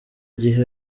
gihe